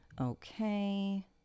okay